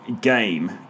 game